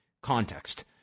context